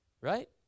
right